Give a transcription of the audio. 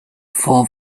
for